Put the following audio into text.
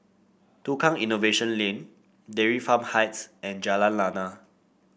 Tukang Innovation Lane Dairy Farm Heights and Jalan Lana